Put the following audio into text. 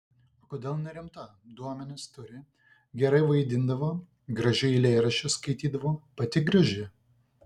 o kodėl nerimta duomenis turi gerai vaidindavo gražiai eilėraščius skaitydavo pati graži